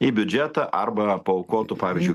į biudžetą arba paaukotų pavyzdžiui